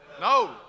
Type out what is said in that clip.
No